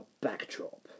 backdrop